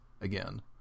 again